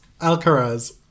Alcaraz